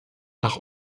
nach